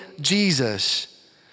Jesus